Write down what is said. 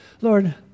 Lord